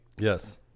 Yes